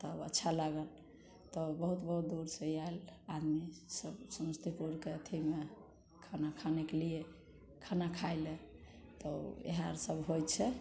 तब अच्छा लागल तऽ बहुत बहुत दूरसँ आएल आदमी सब समस्तीपुरके अथीमे खाना खानेके लिए खाना खाइ लए तऽ ओहए सब होइत छै